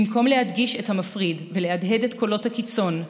במקום להדגיש את המפריד ולהדהד את קולות הקיצון,